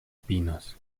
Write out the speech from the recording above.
pinos